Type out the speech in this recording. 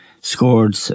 scored